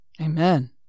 Amen